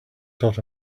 taught